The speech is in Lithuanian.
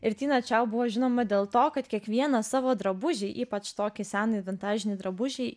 ir tina čiau buvo žinoma dėl to kad kiekvieną savo drabužį ypač tokį seną ir vintažinį drabužį